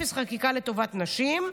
אפס חקיקה לטובת נשים.